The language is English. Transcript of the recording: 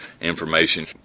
information